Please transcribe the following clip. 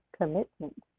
commitment